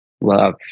love